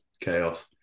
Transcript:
chaos